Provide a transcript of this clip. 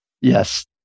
Yes